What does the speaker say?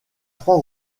trois